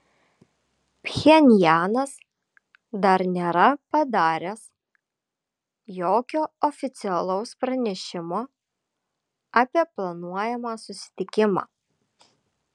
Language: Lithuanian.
pchenjanas dar nėra padaręs jokio oficialaus pranešimo apie planuojamą susitikimą